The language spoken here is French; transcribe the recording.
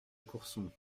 courson